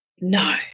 no